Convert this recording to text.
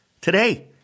today